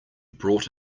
brought